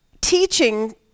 teaching